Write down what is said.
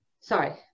sorry